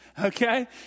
okay